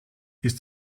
ist